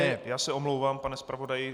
Ne, já se omlouvám, pane zpravodaji.